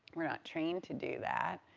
we're not trained to do that,